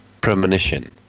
Premonition